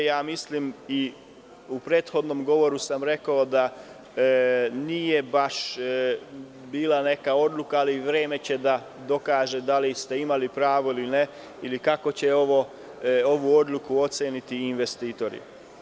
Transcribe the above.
Ja sam i u prethodnom govoru rekao da to i nije baš bila neka odluka, ali će vreme pokazati da li ste imali pravo ili ne i kako će ovu odluku oceniti investitori.